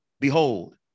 Behold